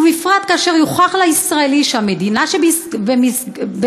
ובפרט כאשר יוכח לישראלי שהמדינה שבמסגרתה